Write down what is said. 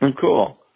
Cool